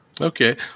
Okay